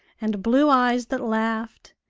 and blue eyes that laughed,